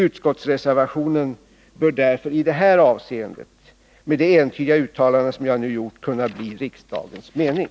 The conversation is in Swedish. Utskottsreservationen bör därför i det här avseendet, med det entydiga uttalande som jag nu gjort, kunna bli riksdagens mening.